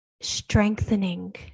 strengthening